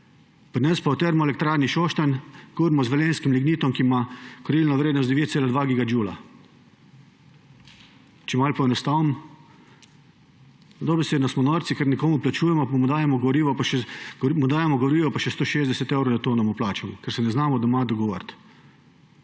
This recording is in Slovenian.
Pri nas pa v Termoelektrarni Šoštanj kurimo z velenjskim lignitom, ki ima kurilno vrednost 9,2 giga džula. Če malo poenostavim, dobesedno smo norci, ker nekomu plačujemo, pa mu dajemo gorivo, pa še 160 evrov na tono mu plačamo, ker se ne znamo doma dogovoriti.